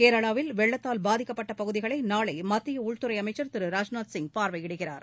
கேரளாவில் வெள்ளத்தால் பாதிக்கப்பட்ட பகுதிகளை நாளை மத்திய உள்துறை அமைச்சர் திரு ராஜ்நாத் சிங் பார்வையிடுகிறார்